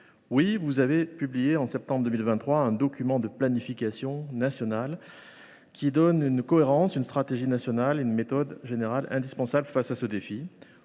Oui, vous avez publié en septembre 2023 un document de planification nationale, qui offre une stratégie cohérente et une méthode générale indispensables face à ce défi.